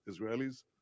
Israelis